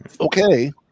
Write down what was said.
okay